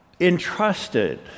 entrusted